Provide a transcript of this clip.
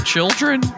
Children